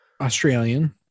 Australian